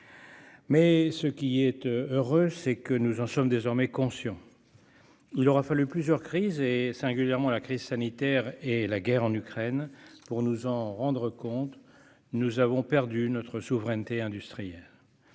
Ce qui est heureux toutefois, c'est que nous en sommes désormais conscients. Il aura fallu plusieurs crises, singulièrement la crise sanitaire et la guerre en Ukraine, pour nous en rendre compte : nous avons perdu notre souveraineté industrielle.